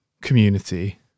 community